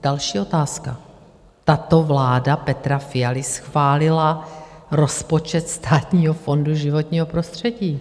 Další otázka: Tato vláda Petra Fialy schválila rozpočet Státního fondu životního prostředí.